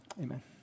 Amen